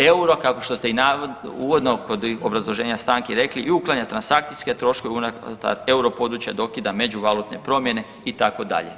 Euro kao što ste uvodno kod obrazloženja stanki rekli i uklanja transakcijske troškove unutar euro područja, dokida među valutne promjene itd.